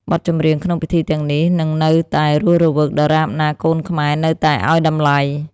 បទចម្រៀងក្នុងពិធីទាំងនេះ នឹងនៅតែរស់រវើកដរាបណាកូនខ្មែរនៅតែឱ្យតម្លៃ។